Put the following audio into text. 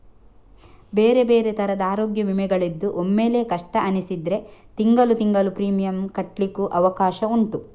ಬೇರೆ ಬೇರೆ ತರದ ಅರೋಗ್ಯ ವಿಮೆಗಳಿದ್ದು ಒಮ್ಮೆಲೇ ಕಷ್ಟ ಅನಿಸಿದ್ರೆ ತಿಂಗಳು ತಿಂಗಳು ಪ್ರೀಮಿಯಂ ಕಟ್ಲಿಕ್ಕು ಅವಕಾಶ ಉಂಟು